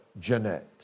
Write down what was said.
Jeanette